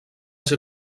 ser